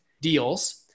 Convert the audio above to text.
deals